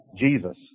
Jesus